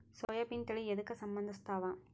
ಸೋಯಾಬಿನ ತಳಿ ಎದಕ ಸಂಭಂದಸತ್ತಾವ?